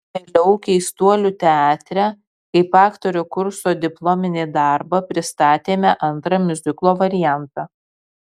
vėliau keistuolių teatre kaip aktorių kurso diplominį darbą pristatėme antrą miuziklo variantą